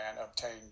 obtained